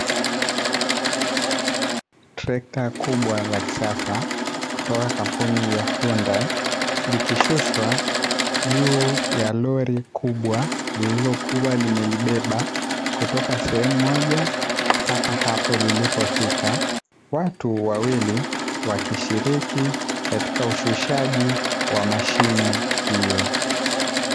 Trekta kubwa la kisasa kutoka kampuni ya hunda, likishushwa juu ya lori kubwa, lililokuwa limelibeba kutoka sehemu moja mpaka hapo lilipofika watu wawili wakishiriki katika ushushaji wa mashine hiyo.